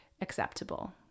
acceptable